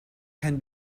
can